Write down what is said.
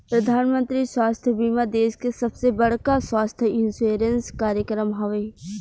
प्रधानमंत्री स्वास्थ्य बीमा देश के सबसे बड़का स्वास्थ्य इंश्योरेंस कार्यक्रम हवे